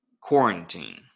quarantine